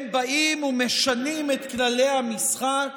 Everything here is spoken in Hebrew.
הם באים ומשנים את כללי המשחק